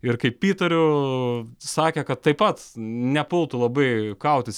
ir kaip įtariu sakė kad taip pat nepultų labai kautis